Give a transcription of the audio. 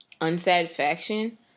unsatisfaction